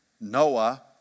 Noah